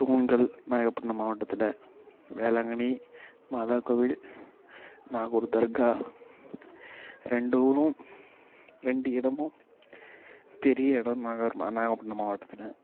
தூண்கள் நாகப்பட்டினம் மாவட்டத்தில் வேளாங்கண்ணி மாதாக்கோவில் நாகூர் தர்கா ரெண்டு ஊரும் ரெண்டு இடமும் பெரிய இடம் நாகப்பட்டினம் மாவட்டத்தில்